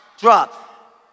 drop